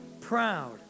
proud